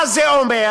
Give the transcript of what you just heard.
מה זה אומר?